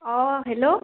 অঁ হেল্ল'